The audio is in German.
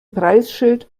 preisschild